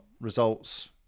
results